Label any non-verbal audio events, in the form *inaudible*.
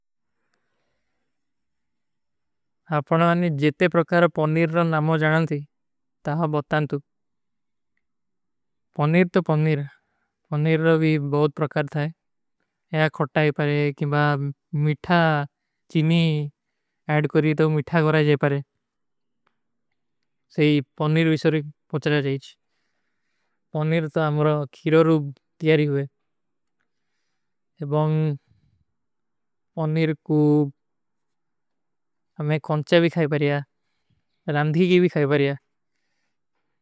ଆପନେ ମାନେ ଜେତେ ପ୍ରକାର ପନୀର ନାମା ଜାନା ଥୀ, ତହାଂ ବତାନ ତୁ। *hesitation* ପନୀର ତୋ ପନୀର, ପନୀର ଭୀ ବହୁତ ପ୍ରକାର ଥାଈ। ଯହାଁ ଖୋଟାଈ ପରେ, କିମ୍ବା ମିଠା, ଚୀନୀ ଆଡ କରୀ ତୋ ମିଠା ଗରାଈ ଜାଏ ପରେ। ସହୀ, ପନୀର ଵିସୋରୀ ପୁଛଲା ଜାଯୀଚ। ପନୀର ତୋ ହମାରା ଖୀରୋ ରୂବ ଦିଯାରୀ ହୁଏ। *hesitation* ଏବାଂଗ ପନୀର କୋ ହମେଂ ଖୌଂଚ୍ଯା ଭୀ ଖାଈ ବାରିଯା, ରାଂଧୀ କୀ ଭୀ ଖାଈ ବାରିଯା।